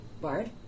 bard